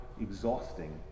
exhausting